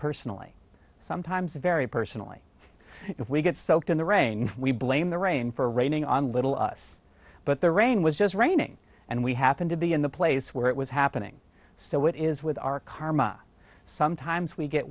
personally sometimes a very personally if we get soaked in the rain we blame the rain for raining on little us but the rain was just raining and we happened to be in the place where it was happening so it is with our karma sometimes we get